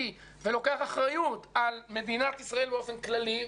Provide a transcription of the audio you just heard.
ולוקח אחריות על מדינת ישראל באופן כללי,